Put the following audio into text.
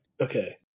okay